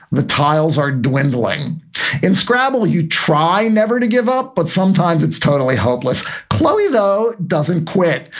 the tiles are dwindling in scrabble. you try never to give up, but sometimes it's totally hopeless. chloe, though, doesn't quit.